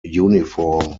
uniform